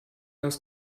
das